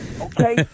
Okay